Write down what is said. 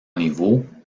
niveau